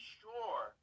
sure